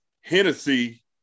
hennessy